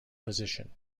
position